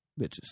bitches